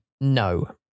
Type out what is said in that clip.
No